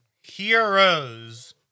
heroes